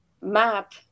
map